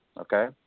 okay